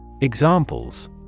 EXAMPLES